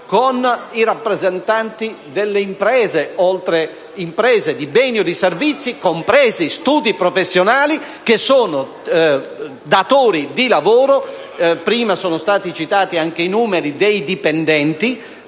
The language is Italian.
con i rappresentanti delle imprese produttrici di beni o di servizi, compresi gli studi professionali, che sono datori di lavoro - prima sono stati citati anche i numeri dei loro dipendenti